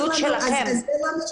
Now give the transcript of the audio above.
וזה באחריות שלכם.